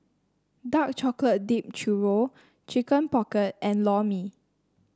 Dark Chocolate Dipped Churro Chicken Pocket and Lor Mee